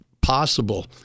possible